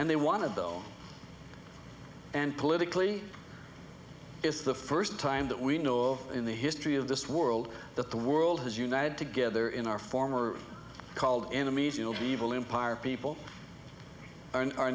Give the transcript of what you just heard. and they want to bill and politically it's the first time that we know of in the history of this world that the world has united together in our former called enemies yield evil empire people are